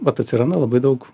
vat atsiranda labai daug